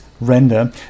Render